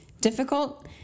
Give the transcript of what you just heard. difficult